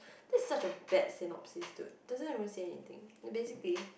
that's such a bad synopsis to doesn't even say anything basically